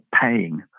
paying